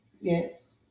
Yes